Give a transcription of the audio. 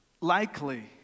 Likely